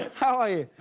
how are you.